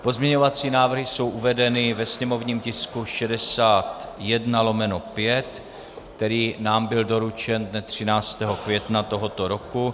Pozměňovací návrhy jsou uvedeny ve sněmovním tisku 61/5, který nám byl doručen dne 13. května tohoto roku.